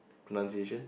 pronunciation